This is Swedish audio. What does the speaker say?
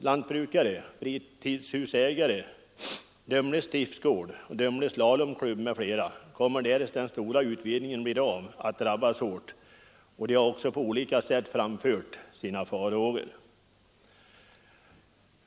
Lantbrukare, fritidshusägare, Dömle stiftsgård och Dömle slalomklubb m.fl. kommer, därest den stora utvidgningen blir av, att drabbas hårt, och de har också på olika sätt framfört sina farhågor.